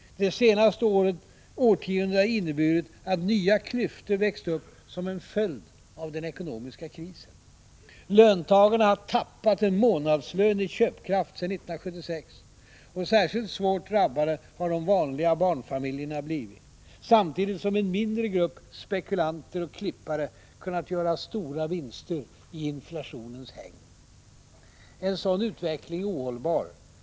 Det senaste årtiondet har inneburit att nya klyftor skapats som en följd av den ekonomiska krisen. Löntagarna har tappat en månadslön i köpkraft sedan 1976 — särskilt svårt drabbade har de vanliga barnfamiljerna blivit — samtidigt som en mindre grupp spekulanter och ”klippare” kunnat göra stora vinster i inflationens hägn. En sådan utveckling är ohållbar.